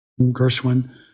Gershwin